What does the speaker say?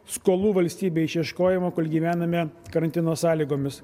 skolų valstybei išieškojimo kol gyvename karantino sąlygomis